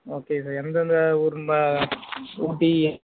okay sir எந்தெந்த ஊருன்னு ஊட்டி